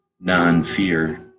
non-fear